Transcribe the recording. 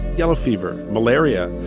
yellow fever, malaria,